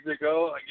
ago